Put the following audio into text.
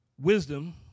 Wisdom